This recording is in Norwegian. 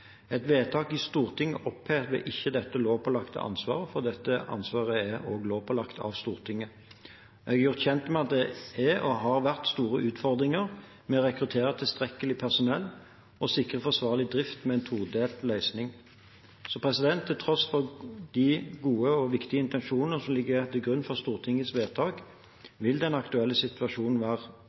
Et vedtak i Stortinget opphever ikke dette lovpålagte ansvaret, for dette ansvaret er også lovpålagt av Stortinget. Jeg er gjort kjent med at det er og har vært store utfordringer med å rekruttere tilstrekkelig personell og å sikre forsvarlig drift med en todelt løsning. Til tross for de gode og viktige intensjoner som ligger til grunn for Stortingets vedtak, vil det i den aktuelle situasjonen etter min vurdering være